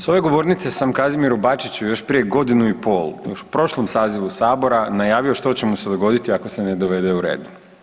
S ove govornice sam Kazimiru Bačiću još prije godinu i pol, još u prošlom sazivu Sabora najavio što će mu se dogoditi ako se ne dovede u red.